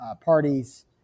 parties